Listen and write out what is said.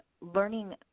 learning